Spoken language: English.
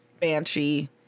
Banshee-